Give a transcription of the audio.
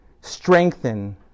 strengthen